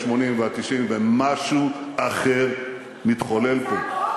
וה-70, וה-80 וה-90, ומשהו אחר מתחולל פה.